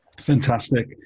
Fantastic